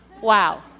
Wow